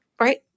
Right